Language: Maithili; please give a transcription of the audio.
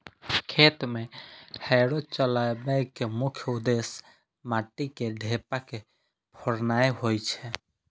खेत मे हैरो चलबै के मुख्य उद्देश्य माटिक ढेपा के फोड़नाय होइ छै